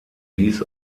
dies